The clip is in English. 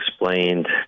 explained